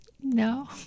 No